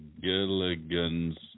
Gilligan's